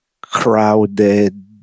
crowded